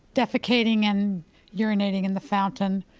defecating and urinating in the fountain,